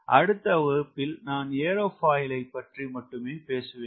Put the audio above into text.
அடுத்த வகுப்பில் நான் ஏரோபாயிலை பற்றி மட்டுமே பேசுவேன்